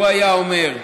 "הוא היה אומר: